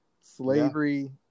Slavery